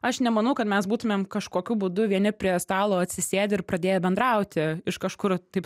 aš nemanau kad mes būtumėm kažkokiu būdu vieni prie stalo atsisėdę ir pradėję bendrauti iš kažkur taip